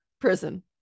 prison